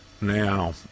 now